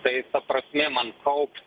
tai ta prasmė man kaupt